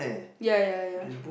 ya ya ya